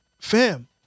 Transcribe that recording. fam